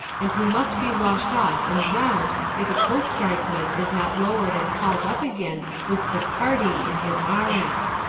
and who must be washed off and drowned if a coastguardsman is not lowered and hauled up again with the party in his arms.